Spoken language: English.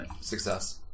Success